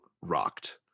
rocked